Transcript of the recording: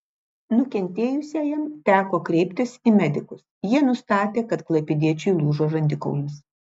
nukentėjusiajam teko kreiptis į medikus jie nustatė kad klaipėdiečiui lūžo žandikaulis